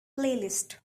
playlist